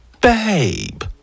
Babe